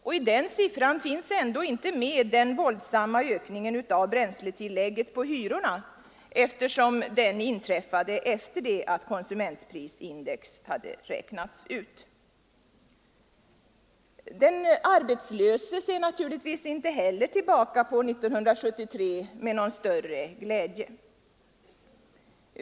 Och i den siffran finns ändå inte med den våldsamma ökningen av bränsletillägget på hyrorna, eftersom denna höjning inträffade efter det att konsumentprisindex hade räknats ut. Den arbetslöse ser naturligtvis inte heller tillbaka på 1973 med någon större glädje.